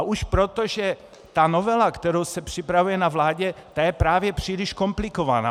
Už proto, že ta novela, která se připravuje na vládě, je právě příliš komplikovaná.